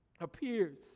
appears